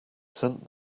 sent